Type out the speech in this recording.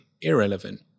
irrelevant